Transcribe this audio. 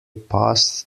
passed